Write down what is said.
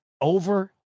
over